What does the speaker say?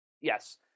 yes